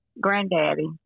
granddaddy